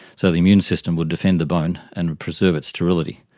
so the immune system would defend the bone and preserve its sterility.